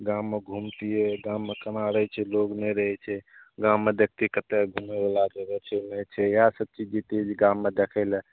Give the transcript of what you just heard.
गाममे घुमतियै गाममे कना रहय छै लोग नहि रहय छै गाममे देखतियै कतय घुमयवला जगह छै नहि छै इएह सब चीज जइतियै जे गाममे देखय लए